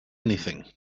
anything